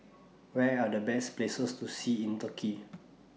Where Are The Best Places to See in Turkey